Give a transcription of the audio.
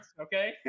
okay